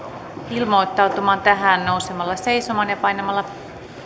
ilmoittautumaan nousemalla seisomaan ja painamalla